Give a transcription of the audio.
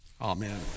Amen